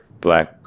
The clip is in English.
black